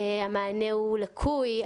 המענה הוא לקוי.